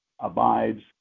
abides